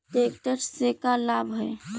Tractor से का लाभ है?